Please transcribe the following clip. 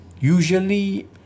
usually